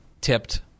tipped